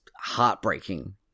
heartbreaking